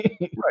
Right